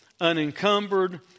unencumbered